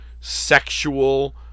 sexual